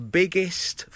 biggest